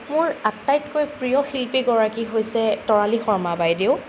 মোৰ আটাইতকৈ প্ৰিয় শিল্পীগৰাকী হৈছে তৰালি শৰ্মা বাইদেউ